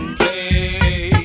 play